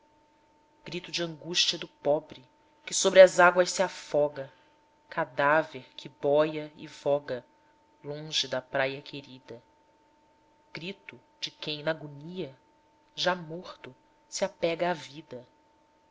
grito de angústia do pobre que sobre as águas se afoga cadáver que bóia e voga longe da praia querida grito de quem nagonia já morto se apega à vida